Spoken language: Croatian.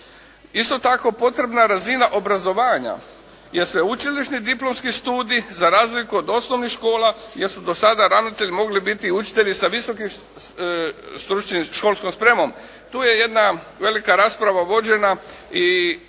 Isto tako, potrebna je razina obrazovanja jer sveučilišni diplomski studij za razliku od osnovnih škola jer su do sada ravnatelji mogli biti i učitelji sa visokom stručnom školskom spremom. Tu je jedna velika rasprava vođena i